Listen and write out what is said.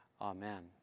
Amen